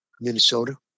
Minnesota